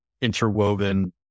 interwoven